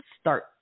start